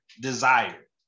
desire